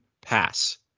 pass